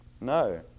No